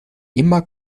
immer